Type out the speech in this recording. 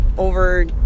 over